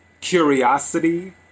curiosity